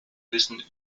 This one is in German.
wissen